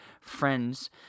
friends